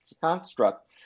construct